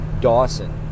Dawson